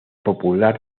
popular